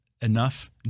enough